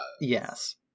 Yes